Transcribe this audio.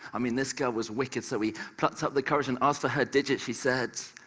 i mean, this girl was wicked, so he plucked up the courage and asked for her digits. she said,